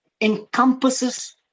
encompasses